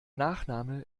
nachname